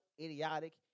idiotic